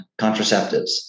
contraceptives